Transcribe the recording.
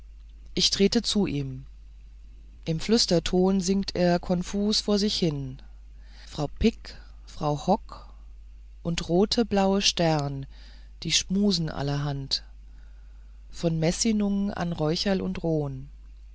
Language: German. ich trete zu ihm im flüsterton singt er konfus vor sich hin frau pick frau hock und rote blaue stern die schmusen allerhand von messinung an räucherl und rohn